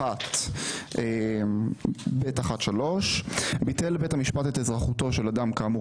סעיף 1(ב1)(3): ביטל בית המשפט את אזרחותו של אדם כאמור